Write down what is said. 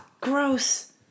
gross